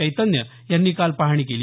चैतन्य यांनी काल पाहणी केली